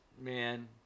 man